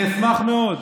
אני אשמח מאוד.